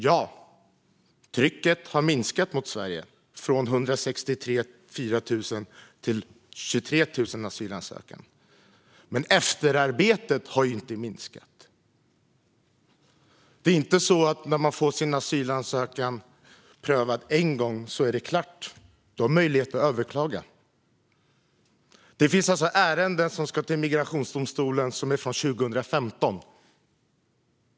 Ja, trycket har minskat mot Sverige från 163 000 till 23 000 asylansökningar. Men efterarbetet har inte minskat. Det är inte så att när någon får sin asylansökan prövad en gång är det klart. Du har möjlighet att överklaga. Det finns ärenden som ska till migrationsdomstolen som är från 2015.